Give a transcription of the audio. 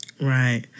Right